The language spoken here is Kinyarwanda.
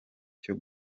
cyo